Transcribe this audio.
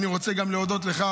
אני רוצה להודות גם לך,